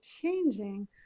changing